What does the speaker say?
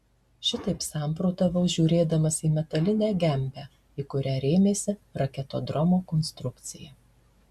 šitaip samprotavau žiūrėdamas į metalinę gembę į kurią rėmėsi raketodromo konstrukcija